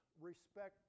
respect